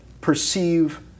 perceive